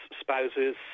spouses